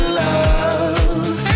love